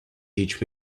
teach